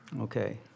Okay